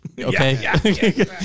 okay